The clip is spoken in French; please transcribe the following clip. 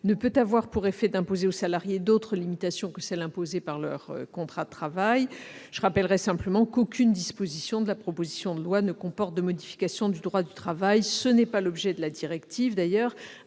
ne pourrait avoir pour effet d'imposer aux salariés d'autres limitations que celles qui sont imposées par leur contrat de travail. Je rappelle qu'aucune disposition de la proposition de loi ne comporte de modification du droit du travail. Tel n'est d'ailleurs pas l'objet de la directive, ainsi